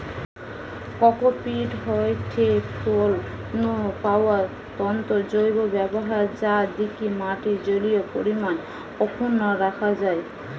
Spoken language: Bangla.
কোকোপীট হয়ঠে ফল নু পাওয়া তন্তুর জৈব ব্যবহার যা দিকি মাটির জলীয় পরিমাণ অক্ষুন্ন রাখা যায়